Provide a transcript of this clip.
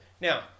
Now